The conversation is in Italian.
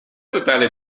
totale